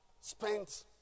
spent